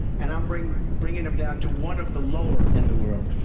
and i'm bringing bringing them down to one of the lower in the world.